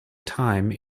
time